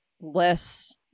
less